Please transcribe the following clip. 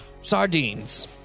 Sardines